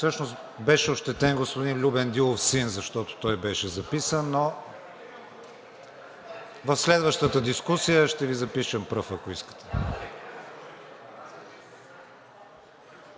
Всъщност беше ощетен господин Любен Дилов-син, защото той беше записан, но в следващата дискусия ще Ви запишем пръв, ако искате.